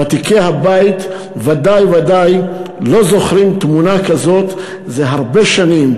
ותיקי הבית ודאי וודאי לא זוכרים תמונה כזאת זה הרבה שנים,